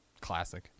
classic